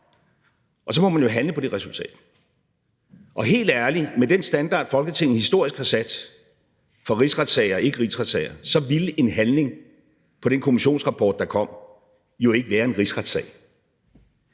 og så må man jo handle på det resultat. Og helt ærligt: Med den standard, Folketinget historisk har sat for rigsretssager og ikke rigsretssager, så ville en handling på den kommissionsrapport, der kom, jo ikke være en rigsretssag.